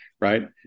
Right